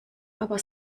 aber